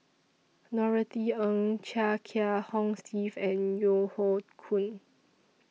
Norothy Ng Chia Kiah Hong Steve and Yeo Hoe Koon